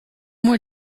more